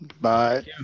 bye